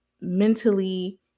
mentally